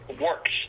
works